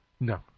No